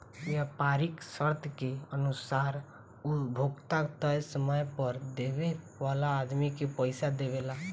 व्यापारीक शर्त के अनुसार उ उपभोक्ता तय समय पर देवे वाला आदमी के पइसा देवेला